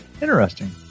Interesting